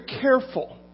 careful